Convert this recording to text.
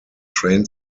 train